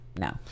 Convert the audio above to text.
no